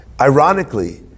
ironically